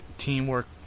teamwork